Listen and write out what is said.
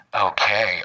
Okay